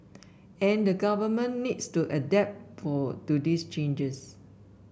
and the Government needs to adapt to these changes